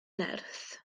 nerth